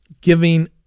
giving